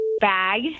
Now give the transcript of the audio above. bag